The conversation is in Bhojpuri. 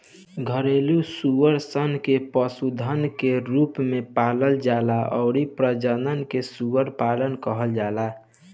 घरेलु सूअर सन के पशुधन के रूप में पालल जाला अउरी प्रजनन के सूअर पालन कहाला